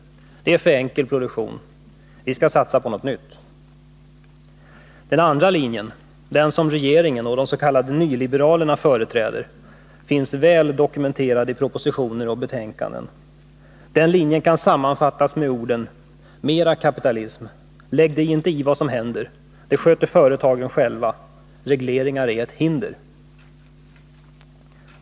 Det är för enkel produktion. Vi skall satsa på något nytt. Den andra linjen, den som regeringen och de s.k. nyliberalerna företräder, finns väl dokumenterad i propositioner och betänkanden. Den linjen kan sammanfattas med orden: Mer kapitalism. Lägg dig inte i vad som händer. Det sköter företagen själva. Regleringar är ett hinder.